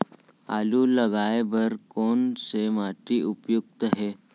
आलू लगाय बर कोन से माटी उपयुक्त हे?